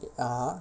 (uh huh)